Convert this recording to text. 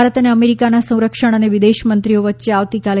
ભારત અને અમેરીકાના સંરક્ષણ અને વિદેશમંત્રીઓ વચ્ચે આવતીકાલે